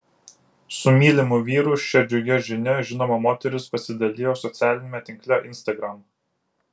su mylimu vyru šia džiugia žinia žinoma moteris pasidalijo socialiniame tinkle instagram